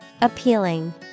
Appealing